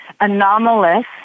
anomalous